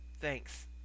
Thanks